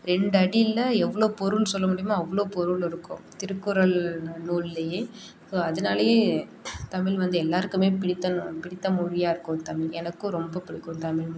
ரெண்டு அடியில எவ்வளவோ பொருள் சொல்ல முடியுமோ அவ்வளோ பொருள் இருக்கும் திருக்குறள் நூல்லையே ஸோ அதனாலயே தமிழ் வந்து எல்லாருக்குமே பிடித்த நூல் பிடித்த மொழியாக இருக்கும் தமிழ் எனக்கும் ரொம்ப பிடிக்கும் தமிழ்மொழி